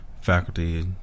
faculty